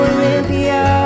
Olympia